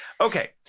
Okay